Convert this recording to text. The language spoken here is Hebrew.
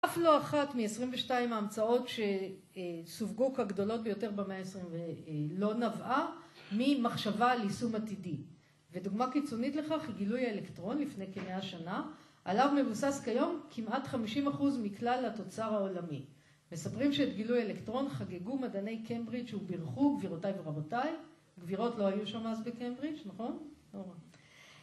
אף לא אחת מ-22 ההמצאות שסווגו כגדולות ביותר במאה העשרים ולא נבעה ממחשבה על יישום עתידי. ודוגמה קיצונית לכך היא גילוי האלקטרון לפני כמאה שנה. עליו מבוסס כיום כמעט 50% מכלל התוצר העולמי. מספרים שאת גילוי האלקטרון חגגו מדעני קמברידג' וברחו גבירותיי ורבותיי. גבירות לא היו שם אז בקמברידג', נכון?